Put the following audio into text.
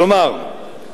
כלומר,